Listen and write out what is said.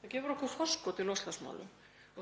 Það gefur okkur forskot í loftslagsmálum